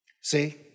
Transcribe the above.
See